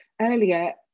earlier